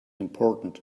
important